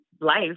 life